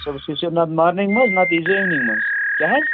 صُبحس یی زیٚو نَتہٕ مارنِٛگ منٛز نَتہٕ یی زیٚو اِیونِنٛگ منٛز کیٛاہ حظ